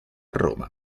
roma